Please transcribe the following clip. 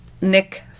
Nick